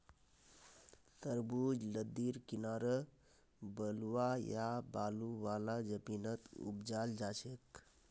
तरबूज लद्दीर किनारअ बलुवा या बालू वाला जमीनत उपजाल जाछेक